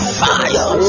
fire